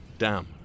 dam